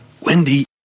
Wendy